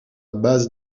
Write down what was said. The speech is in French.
base